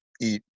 eat